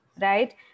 right